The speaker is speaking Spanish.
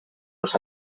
los